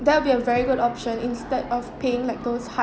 that will be a very good option instead of paying like those hi~